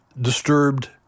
disturbed